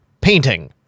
painting